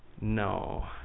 no